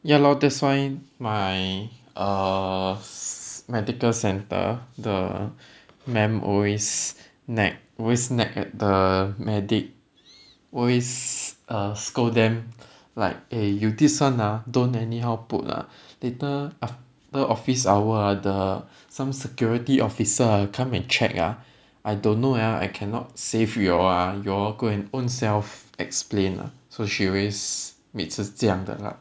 ya lor that's why my uh s~ medical centre the madame always nag always nag at the medic always uh scold them like eh you this [one] ah don't any how put ah later after office hour ah the some security officer ah come and check ah I don't know ah I cannot save you all ah you all go and ownself explain ah so she always 每次这样的 lah